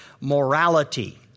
morality